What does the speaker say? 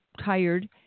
tired